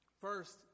First